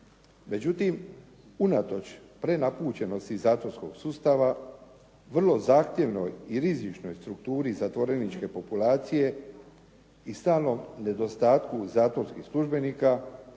Međutim, unatoč prenapučenosti zatvorskog sustava vrlo zahtjevnoj i rizičnoj strukturi zatvoreničke populacije i stalnom nedostatku zatvorskih službenika,